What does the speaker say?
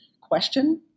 question